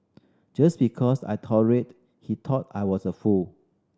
just because I tolerated he thought I was a fool